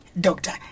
doctor